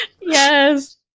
Yes